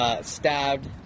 stabbed